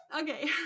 Okay